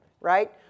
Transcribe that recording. right